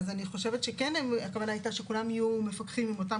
אני חושבת שכן הכוונה הייתה שכולם יהיו מפקחים עם אותן